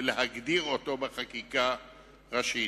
ולהגדיר אותו בחקיקה ראשית.